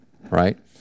right